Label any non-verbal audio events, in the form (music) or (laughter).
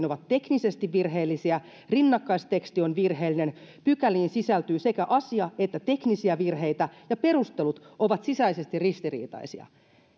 (unintelligible) ovat teknisesti virheellisiä rinnakkaisteksti on virheellinen pykäliin sisältyy sekä asia että teknisiä virheitä ja perustelut ovat sisäisesti ristiriitaiset